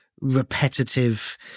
repetitive